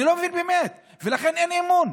אני באמת לא מבין, ולכן אין אמון,